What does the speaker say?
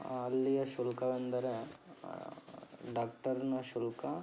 ಅಲ್ಲಿಯ ಶುಲ್ಕವೆಂದರೆ ಡಾಕ್ಟರ್ನ ಶುಲ್ಕ